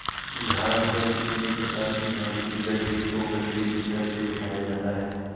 घास या किसी भी प्रकार की झाड़ी की गठरी को गठरी लिफ्टर से उठाया जाता है